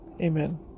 amen